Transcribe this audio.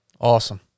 Awesome